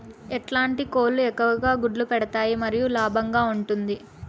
ఎట్లాంటి కోళ్ళు ఎక్కువగా గుడ్లు పెడతాయి మరియు లాభంగా ఉంటుంది?